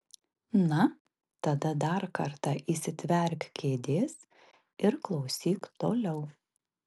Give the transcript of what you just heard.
na tada dar kartą įsitverk kėdės ir klausyk toliau